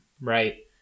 right